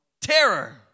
Terror